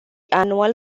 annual